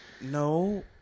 No